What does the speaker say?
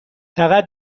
فقط